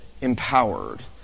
empowered